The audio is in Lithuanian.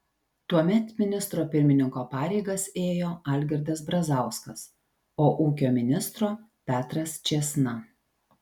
tuomet ministro pirmininko pareigas ėjo algirdas brazauskas o ūkio ministro petras čėsna